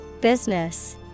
Business